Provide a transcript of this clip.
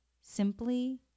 simply